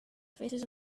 faces